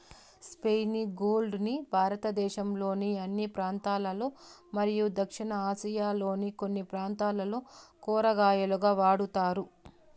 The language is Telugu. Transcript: స్పైనీ గోర్డ్ ని భారతదేశంలోని అన్ని ప్రాంతాలలో మరియు దక్షిణ ఆసియాలోని కొన్ని ప్రాంతాలలో కూరగాయగా వాడుతారు